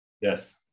yes